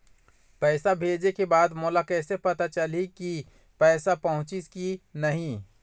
पैसा भेजे के बाद मोला कैसे पता चलही की पैसा पहुंचिस कि नहीं?